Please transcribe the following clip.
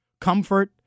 comfort